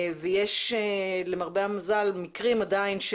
ויש למרבה המזל מקרים עדיין,